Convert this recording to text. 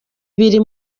biri